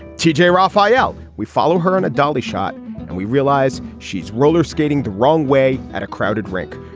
t j. rafael we follow her on a dolly shot and we realize she's roller skating the wrong way at a crowded rink.